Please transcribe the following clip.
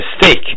mistake